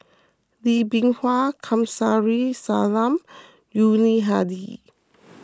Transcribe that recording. Lee Bee Wah Kamsari Salam Yuni Hadi